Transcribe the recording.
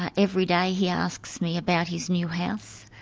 ah every day he asks me about his new house.